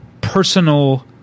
personal